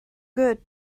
good